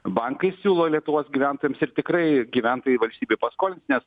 bankai siūlo lietuvos gyventojams ir tikrai gyventojai valstybei paskolins nes